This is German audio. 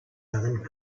darin